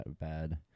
bad